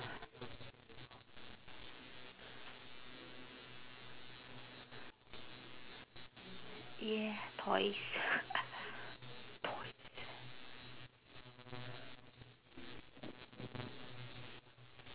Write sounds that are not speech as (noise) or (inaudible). yeah toys (laughs) toys